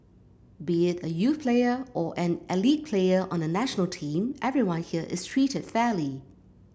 be it a youth player or an elite player on the national team everyone here is treated fairly